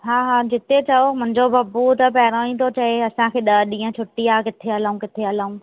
हा हा जिते चओ मुंहिंजो बबू त पहिरों ई थो चए असांखे ॾह ॾींहं छुटी आहे किथे हलूं किथे हलूं